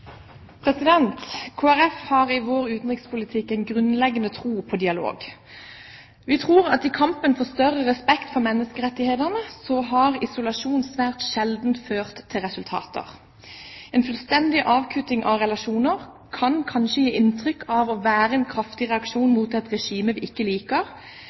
dialog. Vi tror at i kampen for større respekt for menneskerettighetene har isolasjon svært sjelden ført til resultater. En fullstendig avkutting av relasjoner kan kanskje gi inntrykk av å være en kraftig reaksjon